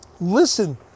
Listen